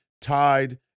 tied